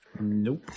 Nope